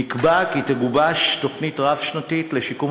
נקבע כי תגובש תוכנית רב-שנתית לשיקום